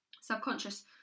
subconscious